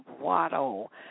Waddle